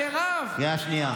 מירב, קריאה שנייה.